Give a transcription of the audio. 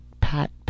pat